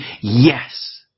Yes